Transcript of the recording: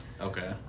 Okay